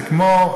זה כמו,